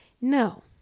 No